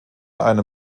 eine